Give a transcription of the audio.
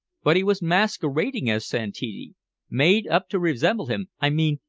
but he was masquerading as santini made up to resemble him, i mean,